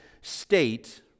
state